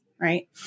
Right